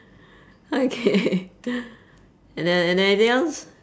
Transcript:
okay and then and then anything else